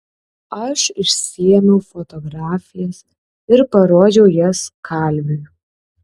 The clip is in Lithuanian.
aš išsiėmiau fotografijas ir parodžiau jas kalviui